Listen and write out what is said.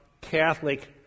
Catholic